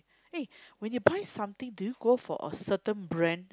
eh when you buy something do you go for a certain brand